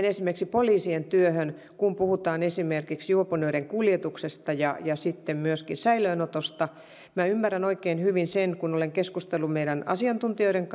esimerkiksi poliisien työhön kuuluu kun puhutaan esimerkiksi juopuneiden kuljetuksesta ja sitten myöskin säilöönotosta minä ymmärrän oikein hyvin sen kun olen keskustellut meidän asiantuntijoidemme